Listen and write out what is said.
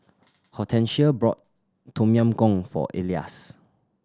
Hortensia bought Tom Yam Goong for Elias